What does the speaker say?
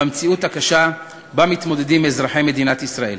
במציאות הקשה שבה מתמודדים אזרחי מדינת ישראל.